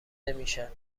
نمیشن